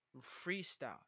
freestyle